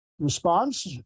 response